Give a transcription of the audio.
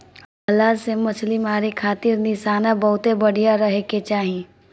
भला से मछली मारे खातिर निशाना बहुते बढ़िया रहे के चाही